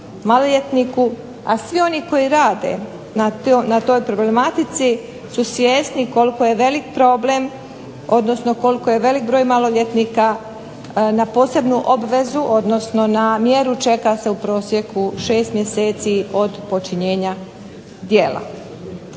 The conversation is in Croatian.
a svi oni koji rade na toj problematici su svjesni koliko je velik problem, odnosno koliko je velik broj maloljetnika na posebnu obvezu, odnosno na mjeru čeka se u prosjeku 6 mjeseci od počinjenja djela.